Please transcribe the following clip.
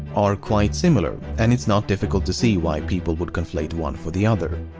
are quite similar, and it's not difficult to see why people would conflate one for the other.